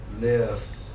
live